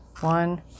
One